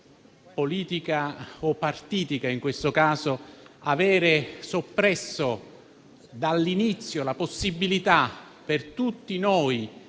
politica o partitica, aver soppresso dall'inizio la possibilità per tutti noi